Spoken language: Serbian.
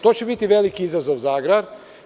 To će biti veliki izazov za agrar.